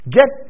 Get